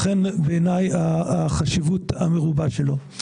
לכן, בעיניי, החשיבות המרובה שלו.